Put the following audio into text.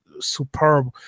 superb